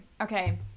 Okay